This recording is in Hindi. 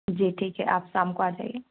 जी ठीक है आप शाम को आ जाइए